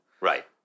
Right